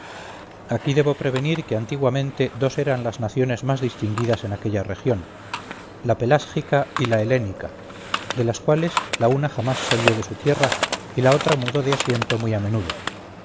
aquí debo prevenir que antiguamente dos eran las naciones más distinguidas en aquella región la pelásgica y la helénica de las cuales la una jamás salió de su tierra y la otra mudó de asiento muy a menudo